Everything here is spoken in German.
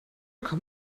kann